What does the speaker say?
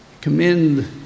commend